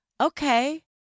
okay